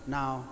now